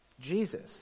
Jesus